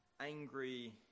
angry